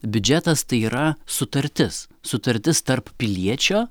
biudžetas tai yra sutartis sutartis tarp piliečio